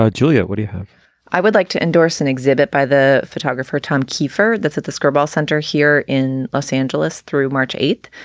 ah julia, what do you i would like to endorse an exhibit by the photographer, tom keefer. that's at the skirball center here in los angeles through march eighth.